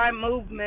Movement